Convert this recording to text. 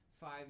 five